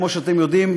כמו שאתם יודעים,